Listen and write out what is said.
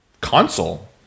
console